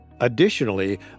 Additionally